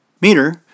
Meter